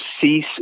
cease